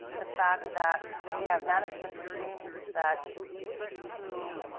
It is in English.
the fact that we have management regimes, that seek to